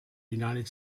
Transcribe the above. united